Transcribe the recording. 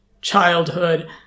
childhood